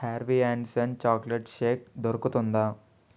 Harvey and Sons chocolate shake దొరుకుతుందా